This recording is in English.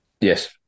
Yes